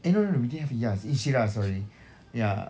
eh no no no we didn't have yazd it's shiraz sorry ya